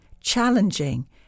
challenging